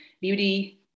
beauty